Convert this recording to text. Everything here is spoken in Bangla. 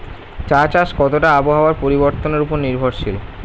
চা চাষ কতটা আবহাওয়ার পরিবর্তন উপর নির্ভরশীল?